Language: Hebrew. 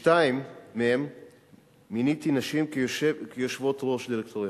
בשתיים מיניתי נשים כיושבת-ראש דירקטוריון: